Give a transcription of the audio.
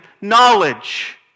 knowledge